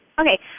Okay